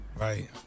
Right